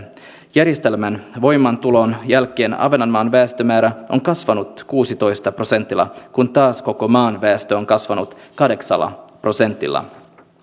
järjestelmän voimaantulon jälkeen ahvenanmaan väestömäärä on kasvanut kuudellatoista prosentilla kun taas koko maan väestö on kasvanut kahdeksalla prosentilla